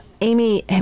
Amy